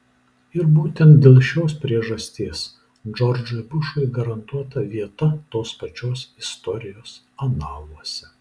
ir būtent dėl šios priežasties džordžui bušui garantuota vieta tos pačios istorijos analuose